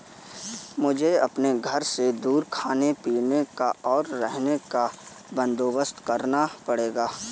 मुझे अपने घर से दूर खाने पीने का, और रहने का बंदोबस्त करना पड़ेगा